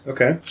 Okay